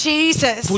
Jesus